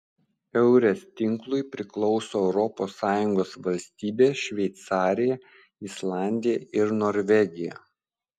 eures tinklui priklauso europos sąjungos valstybės šveicarija islandija ir norvegija